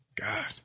God